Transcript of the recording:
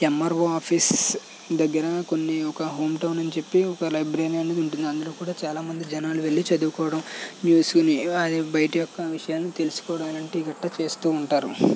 MRO office దగ్గర కొన్ని ఒక హోమ్ టౌన్ అని చెప్పి ఒక లైబ్రరీ ఉంటుంది అందులో కూడా చాలా మంది జనాలు వెళ్ళి చదువుకోవడం న్యూస్ని అవి బయట యొక్క విషయాలు తెలుసుకోవడం అలాంటివి గట్రా చేస్తూ ఉంటారు